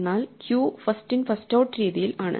എന്നാൽ queue first in first out രീതിയിൽ ആണ്